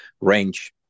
range